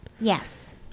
Yes